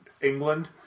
England